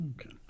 Okay